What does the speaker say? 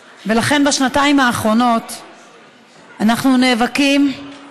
ולכן, בשנתיים האחרונות אנחנו נאבקים את